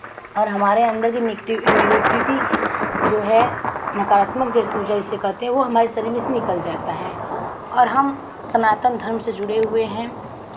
और हमारे अंदर जो निगटी निगेटीविटी जो है नकारात्मक ऊर्जा जिसे कहते हैं वो हमारे शरीर में से निकल जाता है हम सनातन धर्म से जुड़े हुए हैं